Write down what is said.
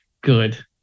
good